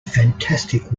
fantastic